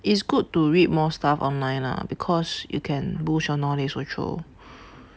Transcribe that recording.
it's good to read more stuff online lah because you can boost your knowledge also